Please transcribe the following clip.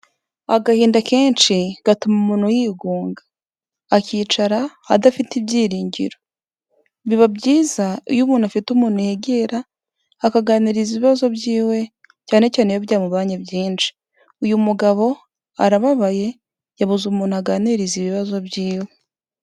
Agahinda kenshi gatuma umuntu yigunga, akicara adafite ibyiringiro, biba byiza iyo umuntu afite umuntu yegera, akaganiriza ibibazo byiwe cyane cyane iyo byamubanye byinshi, uyu mugabo arababaye yabuze umuntu aganiriza ibibazo by'iwe.